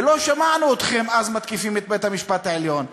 ולא שמענו אתכם אז מתקיפים את בית-המשפט העליון.